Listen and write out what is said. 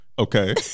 Okay